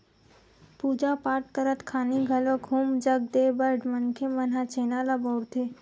पूजा पाठ करत खानी घलोक हूम जग देय बर मनखे मन ह छेना ल बउरथे